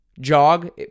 jog